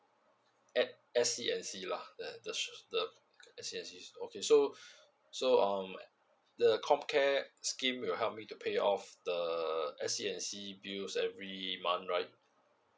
at S C and C lah that the sho~ the S C and C okay so so um the comcare scheme will help me to pay off the S C and C bills every month right